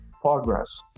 progress